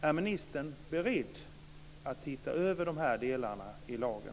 Är ministern beredd att titta över dessa delar i lagen?